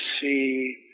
see